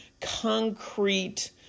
concrete